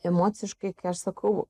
emociškai aš sakau